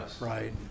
right